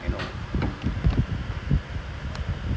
but I mean like no this is basically this is not only really like